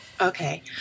okay